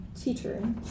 teacher